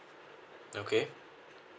okay